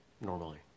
normally